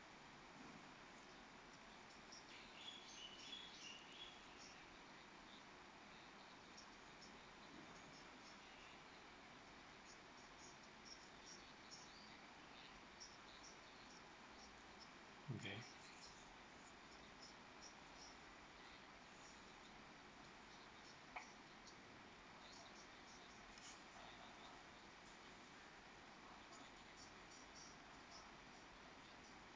okay